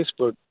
Facebook